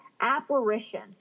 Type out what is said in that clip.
Apparition